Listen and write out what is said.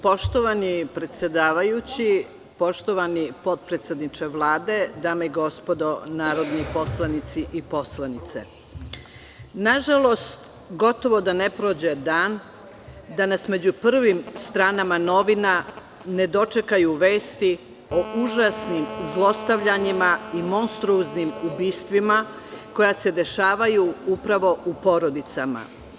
Poštovani predsedavajući, poštovani potpredsedniče Vlade, dame i gospodo narodni poslanici i poslanice, nažalost gotovo da ne prođe dan da nas na prvim stranama novine ne dočekaju vesti o užasnim zlostavljanjima i monstruoznim ubistvima koja se dešavaju u porodicama.